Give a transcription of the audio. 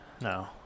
No